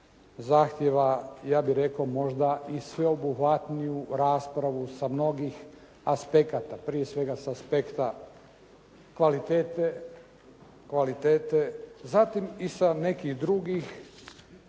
zahtjeva ja bih rekao možda i sveobuhvatniju raspravu sa mnogih aspekata. Prije svega sa aspekta kvalitete zatim i sa nekih drugih da